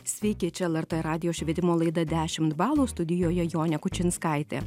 sveiki čia lrt radijo švietimo laida dešimt balų studijoje jonė kučinskaitė